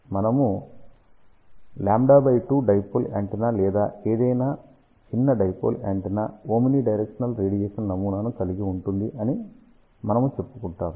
మనము λ2 dipole antenna లేదా ఏదైనా చిన్న dipole antenna omnidirectional radiation నమూనాను కలిగి ఉంటుంది అని మనము చెప్పుకుంటాము